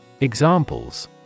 Examples